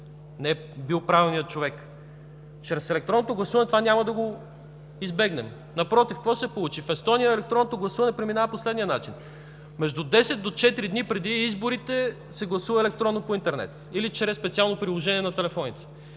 не е бил правилният човек. Чрез електронното гласуване това няма да го избегнем. Напротив, какво ще се получи? В Естония електронното гласуване преминава по следния начин: между 10 до 4 дни преди изборите се гласува електронно по интернет или чрез специално приложение на телефоните.